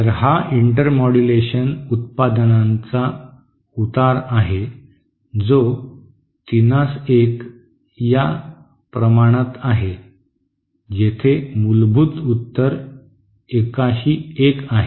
तर हा इंटरमोड्यूलेशन उत्पादनांचा उतार आहे जो तिनास एक याप्रमाणात आहे जेथे मूलभूत उतार एकाशी एक आहे